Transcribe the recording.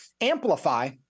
amplify